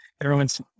everyone's